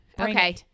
Okay